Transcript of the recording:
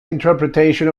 interpretation